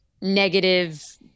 negative